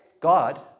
God